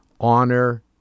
honor